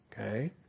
Okay